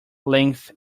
length